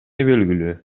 белгилүү